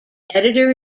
editor